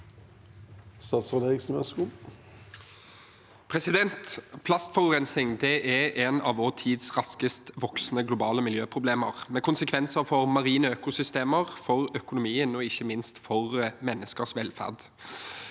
Bjelland Eriksen Plastforurensning er et av vår tids raskest voksende globale miljøproblemer, med konsekvenser for marine økosystemer, for økonomien og ikke minst for menneskers velferd.